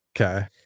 okay